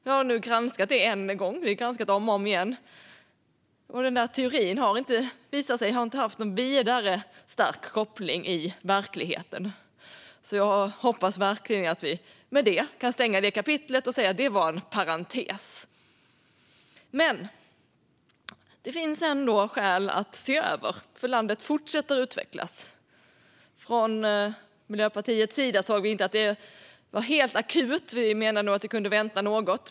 Vi har nu granskat detta än en gång - vi har gjort det om och om igen - och den teorin har inte visat sig ha någon vidare stark koppling till verkligheten. Jag hoppas verkligen att vi kan stänga det kapitlet och säga att det var en parentes. Men det finns ändå skäl att se över detta, för landet fortsätter att utvecklas. Från Miljöpartiets sida såg vi inte att detta var helt akut. Vi menade nog att det kunde vänta något.